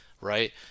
right